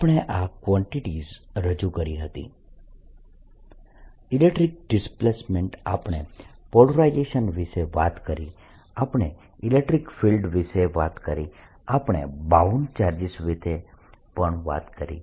આપણે આ કવાન્ટીટીઝ રજૂ કરી હતી ઇલેક્ટ્રીક ડિસ્પ્લેસમેન્ટ આપણે પોલરાઇઝેશન વિશે વાત કરી આપણે ઇલેક્ટ્રીક ફિલ્ડ વિશે વાત કરી છે આપણે બાઉન્ડ ચાર્જીસ વિશે વાત કરી હતી